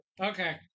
okay